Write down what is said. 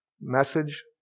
message